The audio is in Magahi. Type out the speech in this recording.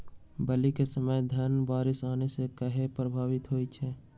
बली क समय धन बारिस आने से कहे पभवित होई छई?